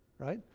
right?